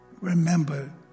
remember